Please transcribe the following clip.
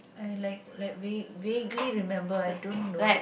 I like like vag~ vaguely remember I don't know